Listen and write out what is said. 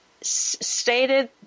Stated